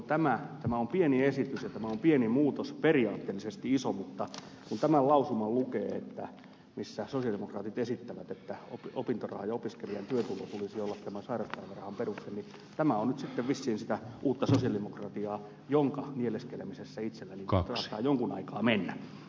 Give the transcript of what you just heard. tämä on pieni esitys ja tämä on pieni muutos periaatteellisesti iso mutta kun tämän lausuman lukee missä sosialidemokraatit esittävät että opintorahan ja opiskelijan työtulon tulisi olla tämän sairauspäivärahan peruste niin tämä on nyt sitten vissiin sitä uutta sosiaalidemokratiaa jonka nieleskelemisessä itselläni saattaa jonkun aikaa mennä